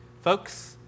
Folks